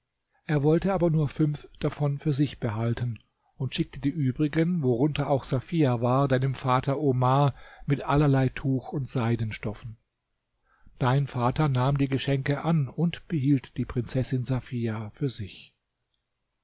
er wollte aber nur fünf davon für sich behalten und schickte die übrigen worunter auch safia war deinem vater omar mit allerlei tuch und seidenstoffen dein vater nahm die geschenke an und behielt die prinzessin safia für sich